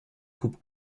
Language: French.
coupe